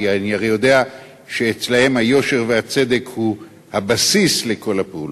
כי אני הרי יודע שאצלם היושר והצדק הוא הבסיס לכל הפעולות.